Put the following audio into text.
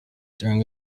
during